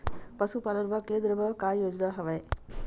पशुपालन बर केन्द्र म का योजना हवे?